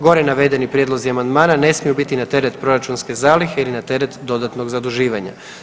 Gore navedeni prijedlozi amandmana ne smiju biti na teret proračunske zalihe ili na teret dodatnog zaduživanja.